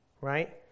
right